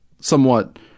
somewhat